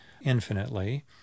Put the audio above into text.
infinitely